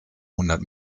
hundert